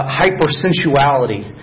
hypersensuality